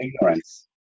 ignorance